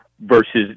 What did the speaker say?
versus